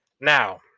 Now